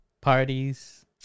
parties